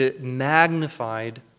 magnified